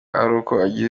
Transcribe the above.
agize